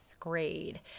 grade